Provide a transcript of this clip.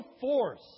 force